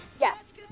Yes